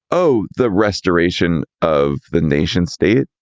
oh, the restoration of the nation state,